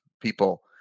people